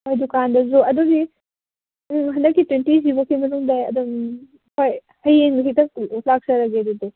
ꯑꯣ ꯗꯨꯀꯥꯟꯗꯩꯁꯨ ꯑꯗꯨꯗꯤ ꯑꯪ ꯍꯟꯗꯛꯀꯤ ꯇ꯭ꯋꯦꯟꯇꯤ ꯁꯤꯐꯥꯎꯕꯒꯤ ꯃꯅꯨꯡꯗ ꯑꯗꯨꯝ ꯍꯣꯏ ꯍꯌꯦꯡ ꯍꯦꯛꯇ ꯂꯥꯛꯆꯔꯒꯦ ꯑꯗꯨꯗꯤ